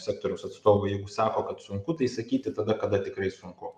sektoriaus atstovų jeigu sako kad sunku tai sakyti tada kada tikrai sunku